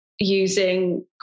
using